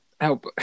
help